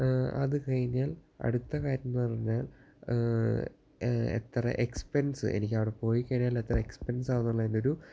അതു കഴിഞ്ഞാല് അടുത്ത കാര്യം എന്നു പറഞ്ഞാല് എത്ര എക്സ്പെന്സ് എനിക്ക് അവിടെ പോയി കഴിഞ്ഞാൽ എത്ര എക്സ്പെന്സ് ആവും എന്നുള്ളതിന്റെ ഒരു